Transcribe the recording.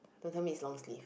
don't tell me is long sleeve